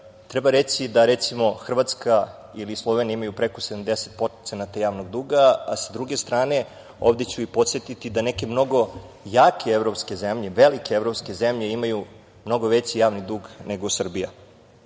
treba reći da, recimo Hrvatska ili Slovenija imaju preko 70% javnog duga. Sa druge strane ovde ću i podsetiti da neke mnogo jake evropske zemlje, velike evropske zemlje imaju mnogo veći javni dug nego Srbija. Imamo